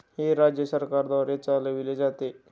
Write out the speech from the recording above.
हे राज्य सरकारद्वारे चालविले जाते